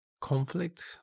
conflict